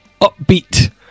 upbeat